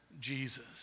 Jesus